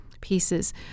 pieces